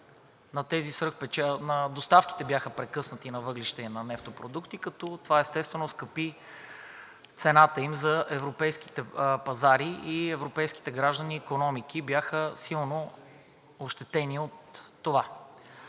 доставките бяха прекъснати на въглища и на нефтопродукти, като това, естествено, оскъпи цената им за европейските пазари и европейските граждани и икономики бяха силно ощетени от това.